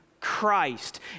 Christ